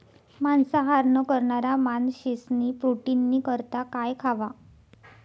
मांसाहार न करणारा माणशेस्नी प्रोटीननी करता काय खावा